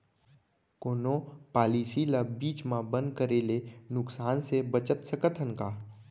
कोनो पॉलिसी ला बीच मा बंद करे ले नुकसान से बचत सकत हन का?